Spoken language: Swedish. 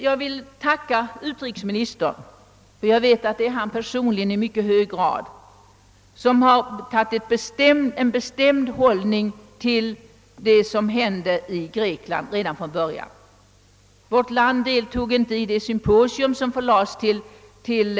Jag vill tacka utrikesministern, ty jag vet att han personligen redan från början har intagit en bestämd hållning till vad som hände i Grekland. Vårt land deltog inte i det symposium som förlades till Athen.